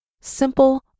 Simple